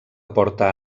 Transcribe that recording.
porta